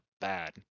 bad